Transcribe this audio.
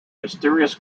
mysterious